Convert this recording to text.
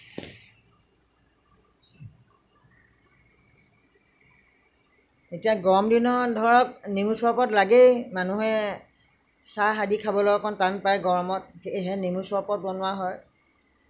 এতিয়া গৰম দিনত ধৰক নেমু চৰবত আদি লাগেই মানুহে চাহ আদি খবলৈ অকণমান টান পায় গৰমত সেয়েহে নেমু চৰবত আদি বনোৱা হয়